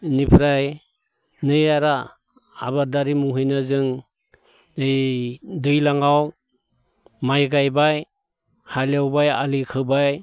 बेनिफ्राय नै आरो आबादारि मुङैनो जों ओइ दैज्लाङाव माइ गायबाय हालेवबाय आलि खोबाय